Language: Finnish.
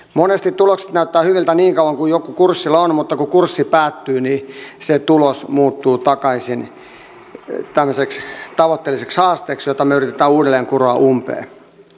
monesti tulokset näyttävät hyviltä niin kauan kun joku kurssilla on mutta kun kurssi päättyy niin se tulos muuttuu takaisin tämmöiseksi tavoitteelliseksi haasteeksi jota me yritämme uudelleen kuroa umpeen